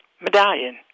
medallion